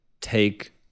take